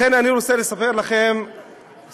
לכן אני רוצה לספר לכם סיפור.